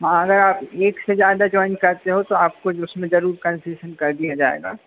हाँ अगर आप एक से ज्यादा जॉइन करते हो तो आपको जो उसमें जरूर कन्सेशन कर दिया जाएगा